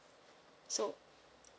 so